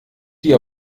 die